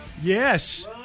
Yes